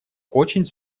очень